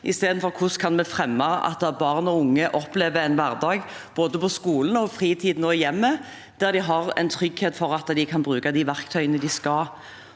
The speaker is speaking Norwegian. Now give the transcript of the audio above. i stedet for om hvordan vi kan fremme at barn og unge opplever en hverdag både på skolen, på fritiden og i hjemmet der de har trygghet for at de kan bruke de verktøyene de skal.